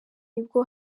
nibwo